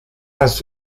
hast